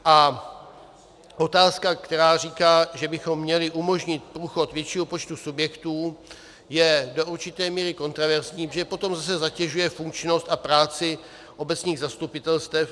A otázka, která říká, že bychom měli umožnit průchod většího počtu subjektů, je do určité míry kontroverzní, protože potom zase zatěžuje funkčnost a práci obecních zastupitelstev.